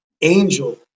angel